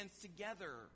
together